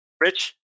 Rich